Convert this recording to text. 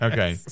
Okay